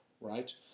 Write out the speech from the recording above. right